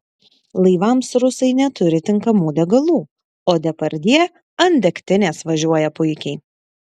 laivams rusai neturi tinkamų degalų o depardjė ant degtinės važiuoja puikiai